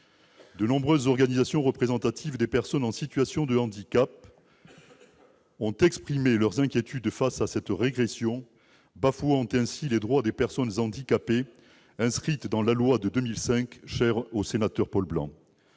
De nombreuses organisations représentatives des personnes en situation de handicap ont exprimé leur surprise et leurs inquiétudes face à cette régression qui bafoue les droits des personnes handicapées inscrits dans la loi de 2005, si chère à l'ancien sénateur Paul Blanc.